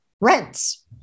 rents